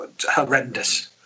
horrendous